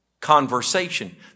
Conversation